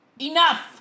Enough